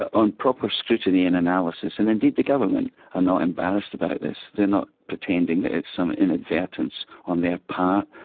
on proper scrutiny and analysis, and indeed the government are not embarrassed about this, they are not pretending that it's some inadvertence on their part.